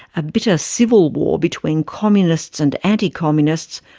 a bitter civil war between communists and anti-communists,